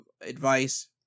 advice